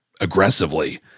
aggressively